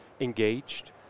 engaged